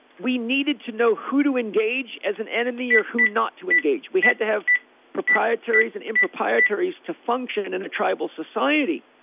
we needed to know who to engage as an enemy or who not to engage. we had to have proprietaries and in proprietaries to function in a tribal society.